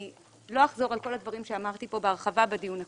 אני לא אחזור על כל הדברים שאמרתי פה בהרחבה בדיון הקודם.